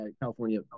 California